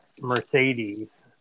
Mercedes